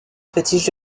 fétiche